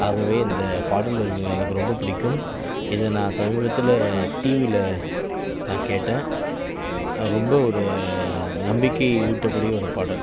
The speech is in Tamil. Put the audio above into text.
ஆகவே இந்த பாடல் வரிகள் எனக்கு ரொம்ப புடிக்கும் இதை நான் சமீபத்தில் டிவியில நான் கேட்டேன் அது ரொம்ப ஒரு நம்பிக்கை ஊட்டக்கூடிய ஒரு பாடல்